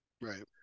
right